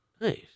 Nice